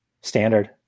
Standard